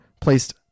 placed